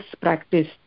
practice